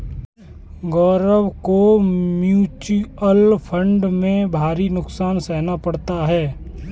गौरव को mutual fund में भारी नुकसान सहना पड़ा